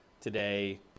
today